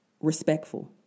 Respectful